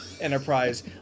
Enterprise